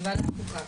בוועדת חוקה,